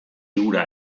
ura